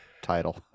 title